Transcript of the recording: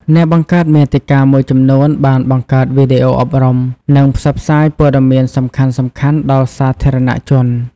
អ្នកបង្កើតមាតិកាមួយចំនួនបានបង្កើតវីដេអូអប់រំ និងផ្សព្វផ្សាយព័ត៌មានសំខាន់ៗដល់សាធារណជន។